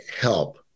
help